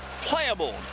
Playable